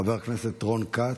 חבר הכנסת רון כץ,